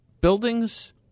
buildings